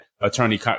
attorney